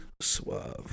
suave